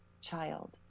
child